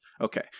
Okay